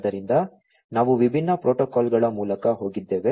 ಆದ್ದರಿಂದ ನಾವು ವಿಭಿನ್ನ ಪ್ರೋಟೋಕಾಲ್ಗಳ ಮೂಲಕ ಹೋಗಿದ್ದೇವೆ